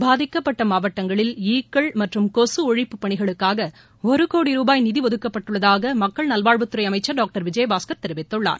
பாதிக்கப்பட்ட மாவட்டங்களில் ஈக்கள் மற்றும் கொசு ஒழிப்பு பணிகளுக்காக ஒரு கோடி ருபாய் நிதி ஒதுக்கப்பட்டுள்ளதாக மக்கள் நல்வாழ்வுத் துறை அமைச்சர் டாக்டர் விஜயபாஸ்கர் தெரிவித்துள்ளார்